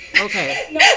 Okay